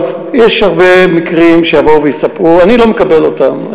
יש הרבה מקרים שיבואו ויספרו, אני לא מקבל אותם.